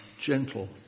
gentle